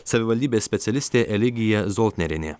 savivaldybės specialistė eligija zoltnerienė